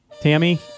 tammy